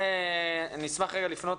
אני אשמח רגע לפנות,